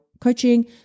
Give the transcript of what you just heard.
coaching